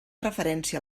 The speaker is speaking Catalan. referència